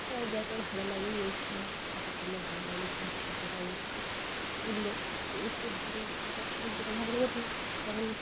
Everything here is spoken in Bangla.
সবাই দেখে ভালো লাগে এই সময় ফটো তুললে ভালো লাগে যখন সূর্যটা উঠছ উঠলে উঠতে যখন ফটোর সূর্যটা যখন ওঠে তখন